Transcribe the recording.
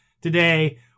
today